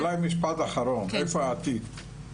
אולי משפט אחרון איפה העתיד.